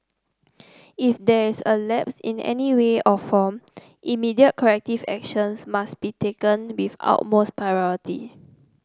if there is a lapse in any way or form immediate corrective actions must be taken with utmost priority